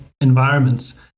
environments